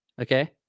okay